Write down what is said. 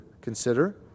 consider